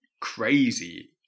crazy